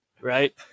right